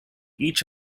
each